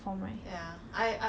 twenty bah